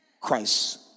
Christ